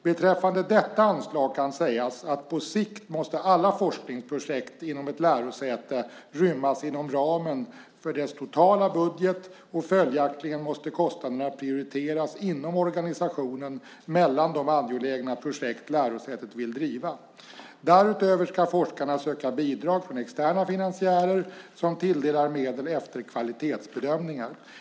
Beträffande detta anslag kan sägas att på sikt måste alla forskningsprojekt inom ett lärosäte rymmas inom ramen för dess totala budget och följaktligen måste kostnaderna prioriteras inom organisationen mellan de angelägna projekt lärosätet vill driva. Därutöver ska forskarna söka bidrag från externa finansiärer som tilldelar medel efter kvalitetsbedömningar.